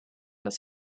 dass